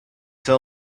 tell